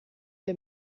der